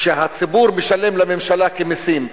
שהציבור משלם לממשלה כמסים,